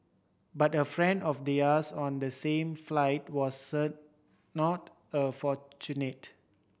but a friend of theirs on the same flight wasn't not a fortunate